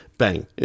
bang